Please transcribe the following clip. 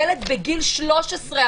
ילד בגיל 13,